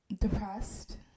depressed